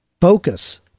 Focus